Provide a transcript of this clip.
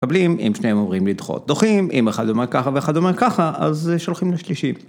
מקבלים, אם שניהם אומרים לדחות דוחים, אם אחד אומר ככה ואחד אומר ככה, אז שולחים לשלישית.